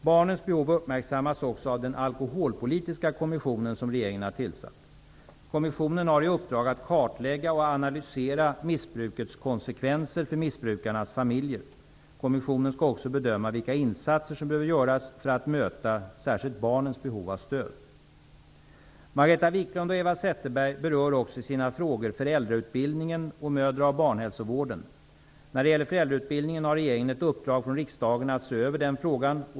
Barnens behov uppmärksammas också av den alkoholpolitiska kommission som regeringen har tillsatt. Kommissionen har i uppdrag att kartlägga och analysera missbrukets konsekvenser för missbrukarnas familjer. Kommissionen skall också bedöma vilka insatser som behöver göras för att möta särskilt barnens behov av stöd. Margareta Viklund och Eva Zetterberg berör också i sina frågor föräldrautbildningen och mödra och barnhälsovården. När det gäller föräldrautbildningen har regeringen ett uppdrag från riksdagen att se över denna fråga.